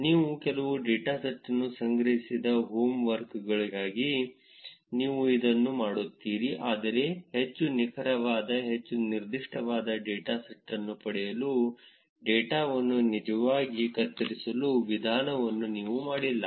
ನೀವು ಕೆಲವು ಡೇಟಾವನ್ನು ಸಂಗ್ರಹಿಸಿದ ಹೋಮ್ ವರ್ಕ್ಗಳಿಗಾಗಿ ನೀವು ಇದನ್ನು ಮಾಡುತ್ತೀರಿ ಆದರೆ ಹೆಚ್ಚು ನಿಖರವಾದ ಹೆಚ್ಚು ನಿರ್ದಿಷ್ಟವಾದ ಡೇಟಾವನ್ನು ಪಡೆಯಲು ಡೇಟಾವನ್ನು ನಿಜವಾಗಿ ಕತ್ತರಿಸುವ ವಿಧಾನವನ್ನು ನೀವು ಮಾಡಿಲ್ಲ